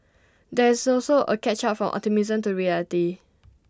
there is also A catch up from optimism to reality